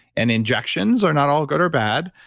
and injections are not all good or bad.